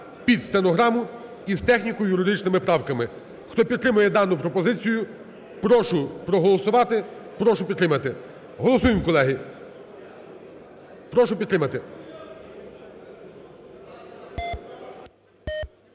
під стенограму, із техніко-юридичними правками. Хто підтримує дану пропозицію, прошу проголосувати. Прошу підтримати. Голосуємо, колеги. Прошу підтримати.